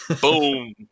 Boom